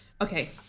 Okay